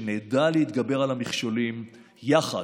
שנדע להתגבר על המכשולים יחד.